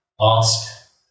Ask